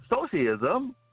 Socialism